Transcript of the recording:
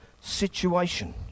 situation